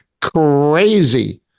crazy